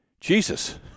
Jesus